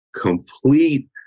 complete